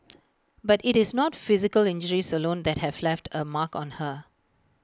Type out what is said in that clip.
but IT is not physical injuries alone that have left A mark on her